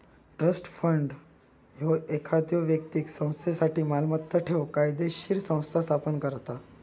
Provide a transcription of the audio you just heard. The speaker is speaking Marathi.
ट्रस्ट फंड ह्यो एखाद्यो व्यक्तीक संस्थेसाठी मालमत्ता ठेवूक कायदोशीर संस्था स्थापन करता